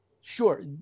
sure